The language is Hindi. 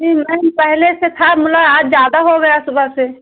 जी मैम पहले से था मतलब आज ज्यादा हो गया सुबह से